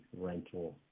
rental